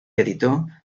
editor